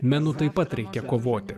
menu taip pat reikia kovoti